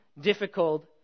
difficult